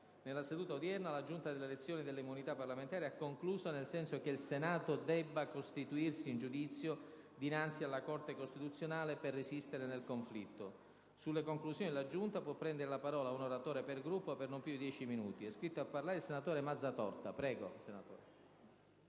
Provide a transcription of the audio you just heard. Nella seduta odierna la Giunta delle elezioni e delle immunità parlamentari ha concluso nel senso che il Senato debba costituirsi in giudizio dinanzi alla Corte costituzionale per resistere nel conflitto. Sulle conclusioni della Giunta può prendere la parola un oratore per Gruppo per non più di dieci minuti.